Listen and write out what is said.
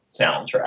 soundtrack